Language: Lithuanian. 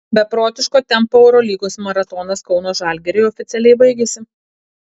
beprotiško tempo eurolygos maratonas kauno žalgiriui oficialiai baigėsi